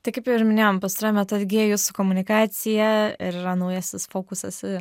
tai kaip ir minėjom pastaruoju metu atgyja jūsų komunikacija ir yra naujasis fokusas į